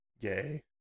Yay